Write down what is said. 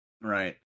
Right